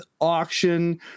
auction